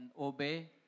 obey